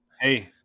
Hey